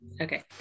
Okay